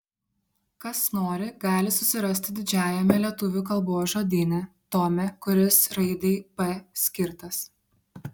kas nori gali susirasti didžiajame lietuvių kalbos žodyne tome kuris raidei p skirtas